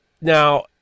Now